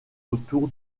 autour